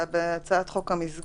זה תואם את הנוסח בהצעת חוק המסגרת.